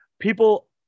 people